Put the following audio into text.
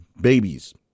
babies